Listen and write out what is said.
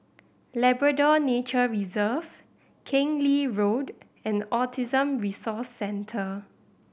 Labrador Nature Reserve Keng Lee Road and Autism Resource Centre